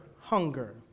hunger